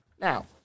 Now